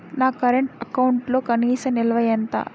నా కరెంట్ అకౌంట్లో కనీస నిల్వ ఎంత?